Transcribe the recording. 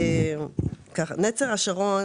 למעשה, "נצר השרון"